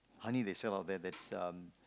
honey they sell out there that's um